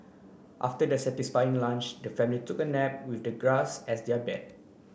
after their satisfying lunch the family took a nap with the grass as their bed